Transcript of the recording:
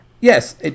Yes